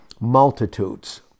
multitudes